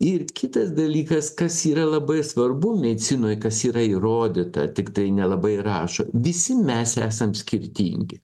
ir kitas dalykas kas yra labai svarbu medicinoj kas yra įrodyta tiktai nelabai rašo visi mes esam skirtingi